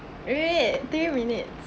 wait three minute